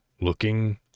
looking